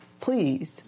please